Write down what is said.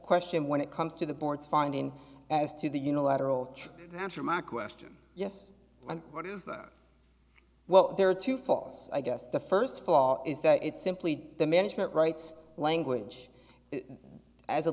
question when it comes to the board's finding as to the unilateral to answer my question yes and what is the well there are two faults i guess the first flaw is that it's simply the management rights language as a